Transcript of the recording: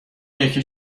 یکی